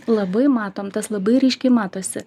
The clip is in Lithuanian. labai matom tas labai ryškiai matosi